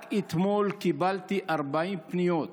רק אתמול קיבלתי 40 פניות